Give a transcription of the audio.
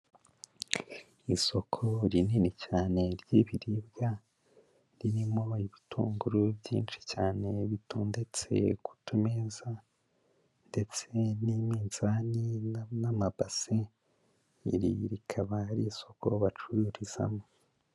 Isoko rinini cyane ry'ibiribwa, ririmo ibitunguru byinshi cyane bitondetse ku tumeza ndetse n'iminzani n'amabase, iri rikaba ari isoko bacururizamo.